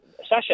Sasha